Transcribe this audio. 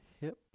hips